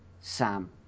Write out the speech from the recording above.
Sam